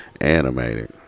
Animated